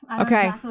Okay